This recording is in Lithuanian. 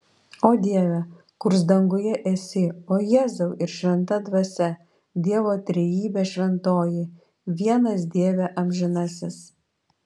o dieve kurs danguje esi o jėzau ir šventa dvasia dievo trejybe šventoji vienas dieve amžinasis